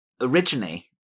Originally